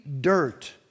dirt